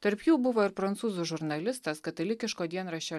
tarp jų buvo ir prancūzų žurnalistas katalikiško dienraščio